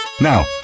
Now